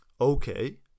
Okay